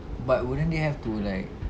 but wouldn't they have to like